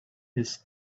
his